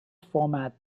format